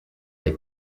they